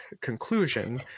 conclusion